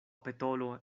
petolo